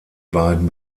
beiden